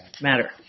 matter